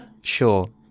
Sure